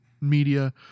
media